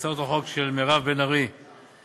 הצעות החוק של מירב בן ארי ואחרים,